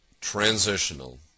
transitional